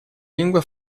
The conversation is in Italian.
lingua